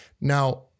Now